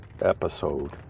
episode